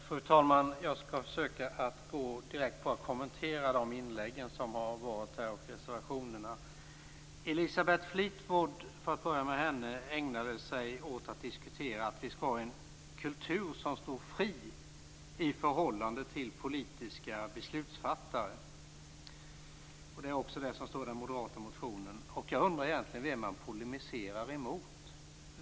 Fru talman! Jag skall försöka att direkt kommentera de inlägg som har varit samt reservationerna. Elisabeth Fleetwood ägnade sig åt att diskutera att vi skall ha en kultur som står fri i förhållande till politiska beslutsfattare. Det är också det som står i den moderata reservationen. Jag undrar vem man egentligen polemiserar mot.